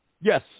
Yes